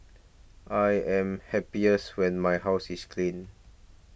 I am happiest when my house is clean